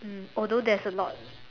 mm although there's a lot